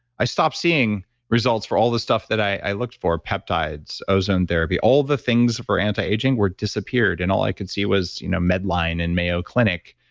i stopped seeing results for all the stuff that i looked for, peptides, ozone therapy, all the things for antiaging were disappeared, and all i could see was you know medline and mayo clinic,